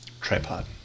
Tripod